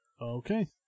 Okay